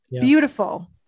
Beautiful